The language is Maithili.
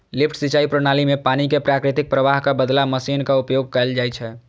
लिफ्ट सिंचाइ प्रणाली मे पानि कें प्राकृतिक प्रवाहक बदला मशीनक उपयोग कैल जाइ छै